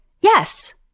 Yes